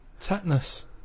tetanus